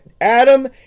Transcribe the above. Adam